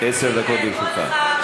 עשר דקות לרשותך.